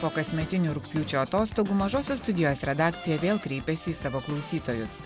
po kasmetinių rugpjūčio atostogų mažosios studijos redakcija vėl kreipiasi į savo klausytojus